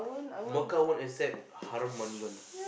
Macau won't accept haram money one